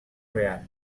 real